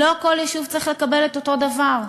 לא כל יישוב צריך לקבל את אותו דבר.